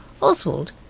Oswald